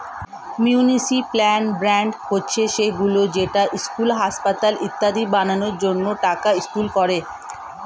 municipal bond হচ্ছে সেইগুলো যেটা স্কুল, হাসপাতাল ইত্যাদি বানানোর জন্য টাকা ইস্যু করে